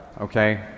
okay